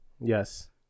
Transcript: yes